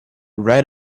right